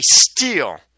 steal